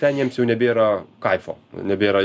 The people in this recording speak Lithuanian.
ten jiems jau nebėra kaifo nebėra